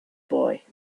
boy